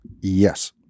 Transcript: yes